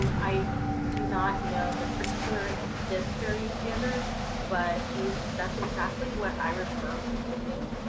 um i do not know the particulars of this fair use standard but these that's exactly what i refer people to.